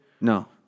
No